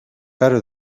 better